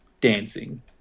dancing